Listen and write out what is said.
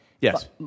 Yes